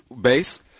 Base